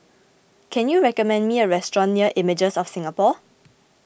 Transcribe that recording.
can you recommend me a restaurant near Images of Singapore